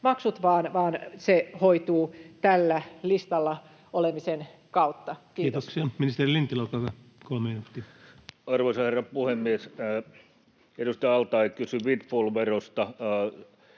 vaan se hoituu tällä listalla olemisen kautta. — Kiitoksia. Kiitoksia. — Ministeri Lintilä, olkaa hyvä, kolme minuuttia. Arvoisa herra puhemies! Edustaja al-Taee kysyi windfall-verosta.